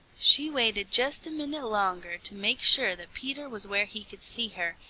she waited just a minute longer to make sure that peter was where he could see her,